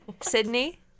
Sydney